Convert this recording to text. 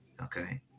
Okay